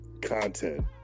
content